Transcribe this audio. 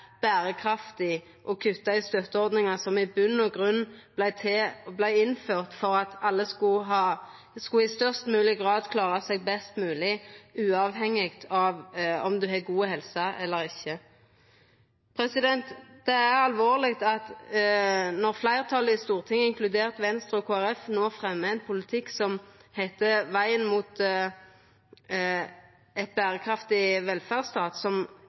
berekraftig å kutta i støtteordningar som i røynda vart innførte for at alle skulle klara seg best mogleg, uavhengig av om ein har god helse eller ikkje. Det er alvorleg når fleirtalet i Stortinget, inkludert Venstre og Kristeleg Folkeparti, no fremjar ein politikk dei kallar vegen mot ein berekraftig velferdsstat, men som